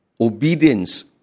obedience